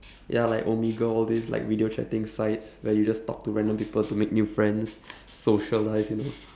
ya like omegle all this like video chatting sites where you just talk to random people to make new friends socialise you know